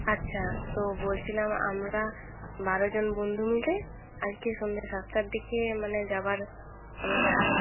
আচ্ছা তো বলছিলাম আমরা বারো জন বন্ধু মিলে আজকে সন্ধ্যা সাতটার দিকে মানে যাওয়ার আমাদের আজকে